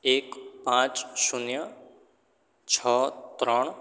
એક પાંચ શૂન્ય છ ત્રણ